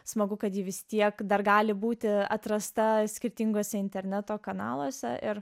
smagu kad ji vis tiek dar gali būti atrasta skirtinguose interneto kanaluose ir